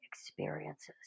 experiences